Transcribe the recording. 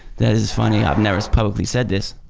that is funny i've never probably said this